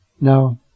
Now